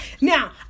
Now